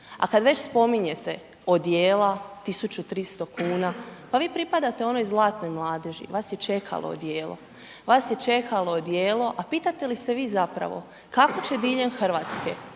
A kad već spominjete odjela, 1300 kuna, pa vi pripadate onoj zlatnoj mladeži, vas je čekalo odijelo, vas je čekalo odijelo, a pitate li se vi zapravo kako će diljem Hrvatske